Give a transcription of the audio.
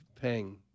paying